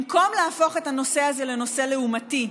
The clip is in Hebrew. במקום להפוך את הנושא הזה לנושא לעומתי,